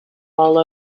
all